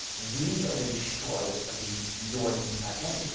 these are the destroyers of you your unique identity.